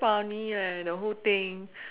funny leh the whole thing